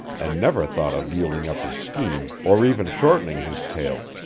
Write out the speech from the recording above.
and never thought of yielding up his scheme or even shortening his tale,